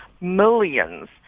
millions